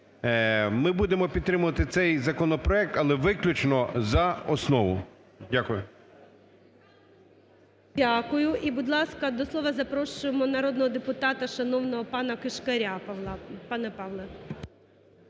Ми будемо підтримувати цей законопроект, але виключно за основу. Дякую. ГОЛОВУЮЧИЙ. Дякую. І, будь ласка, до слова запрошуємо народного депутата, шановного пана Кишкаря Павла.